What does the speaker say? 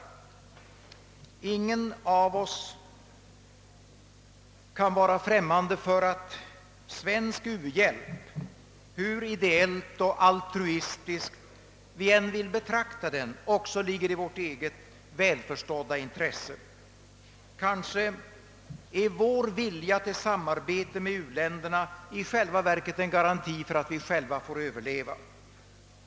Och ingen av oss kan vara främmande för att svensk u-hjälp — hur ideellt och altruistiskt vi än vill betrakta den även ligger i vårt eget välförstådda intresse. Kanske är vår vilja till samarbete med u-länderna i själva verket en garanti för att vi siälva skall överleva.